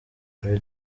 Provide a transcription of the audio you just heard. ibi